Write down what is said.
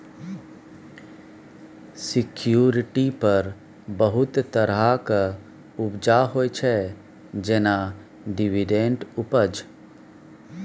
security पर बहुत तरहक उपजा होइ छै जेना डिवीडेंड उपज